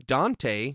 Dante